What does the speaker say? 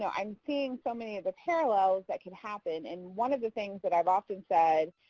yeah i'm seeing so many of the parallels that could happen. and one of the things that i've often said